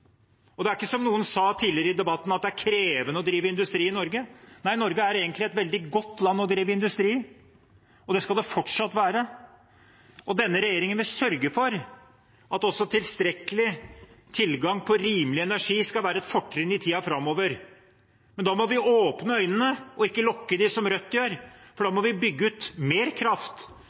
Og det er ikke, som noen sa tidligere i debatten, slik at det er krevende å drive industri i Norge. Nei, Norge er egentlig et veldig godt land å drive industri i. Det skal det fortsatt være. Denne regjeringen vil sørge for at tilstrekkelig tilgang på rimelig energi også skal være et fortrinn i tiden framover. Men da må vi åpne øynene – ikke lukke dem, som Rødt gjør – for da må vi bygge ut mer kraft,